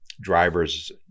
drivers